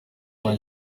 make